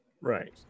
right